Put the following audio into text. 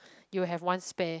you'll have one spare